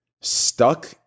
stuck